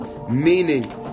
Meaning